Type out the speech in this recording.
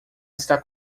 está